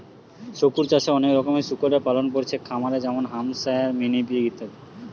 শুকর চাষে অনেক রকমের শুকরের পালন কোরছে খামারে যেমন হ্যাম্পশায়ার, মিনি পিগ ইত্যাদি